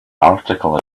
article